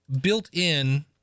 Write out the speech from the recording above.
built-in